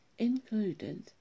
included